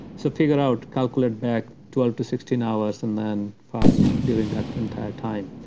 so figure out. calculate back twelve to sixteen hours and then fast during that entire time.